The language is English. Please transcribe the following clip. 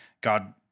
God